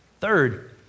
Third